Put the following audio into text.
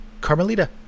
carmelita